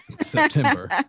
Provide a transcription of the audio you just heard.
September